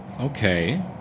Okay